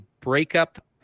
breakup